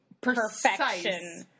perfection